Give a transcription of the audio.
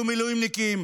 ותהיו מילואימניקים,